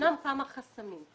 יש כמה חסמים.